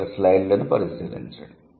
ఇక్కడ స్లైడ్లను పరిశీలించండి